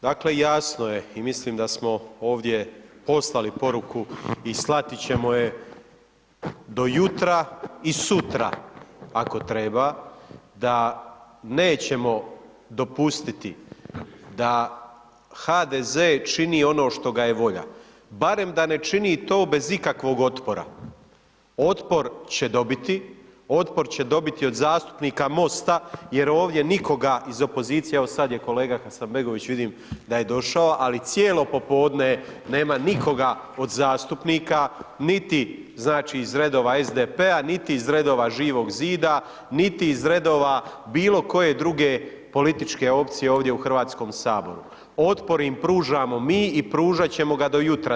Dakle, jasno je i mislim da smo ovdje poslali poruku i slati ćemo je do jutra i sutra ako treba da nećemo dopustiti da HDZ čini ono što ga je volja, barem da ne čini to bez ikakvog otpora, otpor će dobiti, otpor će dobiti od zastupnika MOST-a jer ovdje nikoga iz opozicije, evo sad je kolega Hasanbegović vidim da je došao, ali cijelo popodne nema nikoga od zastupnika, niti, znači, iz redova SDP-a, niti iz redova Živog Zida, niti iz redova bilo koje druge političke opcije ovdje u HS, otpor im pružamo mi i pružat ćemo ga do jutra.